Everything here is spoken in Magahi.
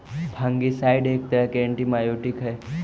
फंगिसाइड एक तरह के एंटिमाइकोटिक हई